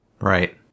Right